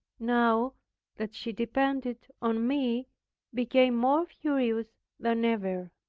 now that she depended on me became more furious than ever.